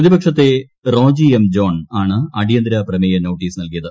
പ്രതിപക്ഷത്തെ Roji M John ആണ് അടിയന്തിര പ്രമേയ നോട്ടീസ് നൽകിയത്